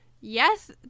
yes